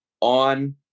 on